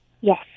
Yes